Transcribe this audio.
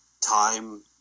time